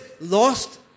lost